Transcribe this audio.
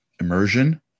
immersion